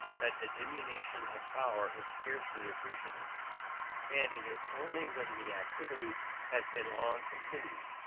that the diminution of power is scarcely appreciable and it is only when the activity has been long continued,